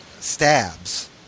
stabs